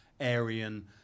Aryan